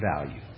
value